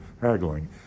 haggling